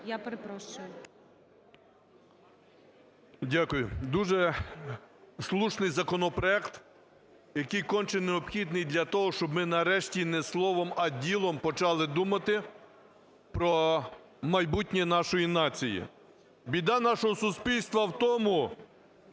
БАРНА О.С. Дякую. Дуже слушний законопроект, який конче необхідний для того, щоб ми нарешті не словом, а ділом почали думати про майбутнє нашої нації. Біда нашого суспільства в тому,